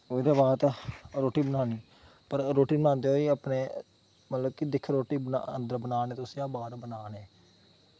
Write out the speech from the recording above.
ओह्दे बाद रोटी बनानी पर रोटी बनांदै होई अपनी मतलब कि दिक्खो तुस रोटी अन्दर बना ने तुस जां बाह्र बना ने